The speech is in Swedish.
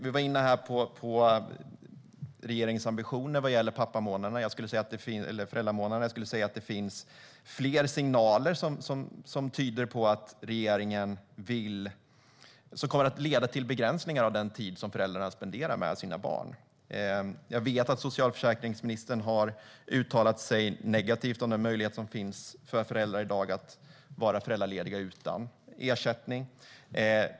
Vi var inne på regeringens ambitioner vad gäller pappamånaderna - eller föräldramånaderna - och jag skulle säga att det finns flera signaler som tyder på att regeringen vill saker som kommer att leda till begränsningar av den tid föräldrarna tillbringar med sina barn. Jag vet att socialförsäkringsministern har uttalat sig negativt om den möjlighet som finns för föräldrar i dag att vara föräldralediga utan ersättning.